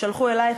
ששלחו אלייך,